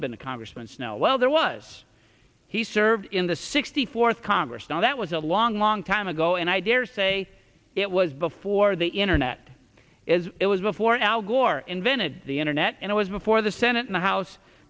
of been a congressman snow well there was he served in the sixty fourth congress now that was a long long time ago and i dare say it was before the internet is it was before al gore invented the internet and it was before the senate and house